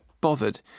bothered